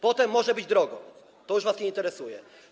Potem może być drogo, to już was nie interesuje.